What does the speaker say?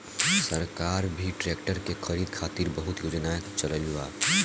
सरकार भी ट्रेक्टर के खरीद खातिर बहुते योजना चलईले बिया